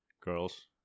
girls